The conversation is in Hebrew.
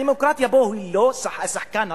הדמוקרטיה פה היא לא השחקן הראשי,